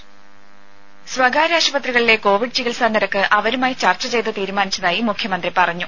voice രുര സ്വകാര്യ ആശുപത്രികളിലെ കോവിഡ് ചികിത്സാ നിരക്ക് അവരുമായി ചർച്ച ചെയ്ത് തീരുമാനിച്ചതായി മുഖ്യമന്ത്രി പറഞ്ഞു